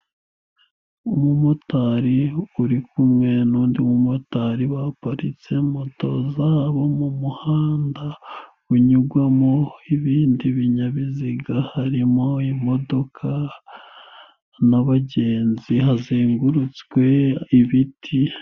Umumotari uri kumwe n'undi mumotari baparitse moto za bo mu muhanda, unyugwamo ibindi binyabiziga, harimo imodoka n'abagenzi, hazengurutswe ibiti.